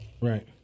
Right